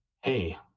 hey